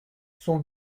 son